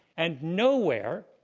and nowhere,